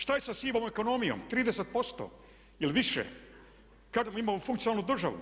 Šta je sa sivom ekonomijom 30% ili više, kada imamo funkcionalnu državu?